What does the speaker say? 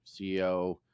CEO